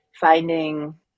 finding